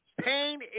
pain